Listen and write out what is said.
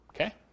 Okay